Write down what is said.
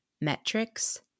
metrics